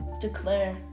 declare